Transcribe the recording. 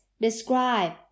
describe